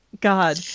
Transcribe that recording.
God